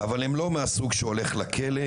אבל הם לא מהסוג שהולך לכלא,